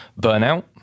burnout